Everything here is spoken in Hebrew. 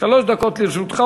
שלוש דקות לרשותך,